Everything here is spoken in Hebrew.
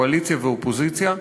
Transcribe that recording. קואליציה ואופוזיציה,